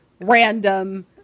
Random